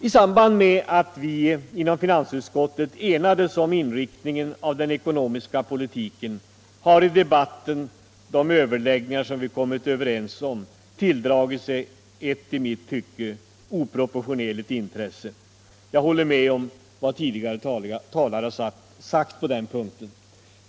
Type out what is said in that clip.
I samband med att vi inom finansutskottet enades om inriktningen av den ekonomiska politiken har i debatten de överläggningar som vi kommit överens om tilldragit sig ett i mitt tycke oproportionerligt stort intresse. Jag håller med om vad tidigare talare har sagt på den punkten.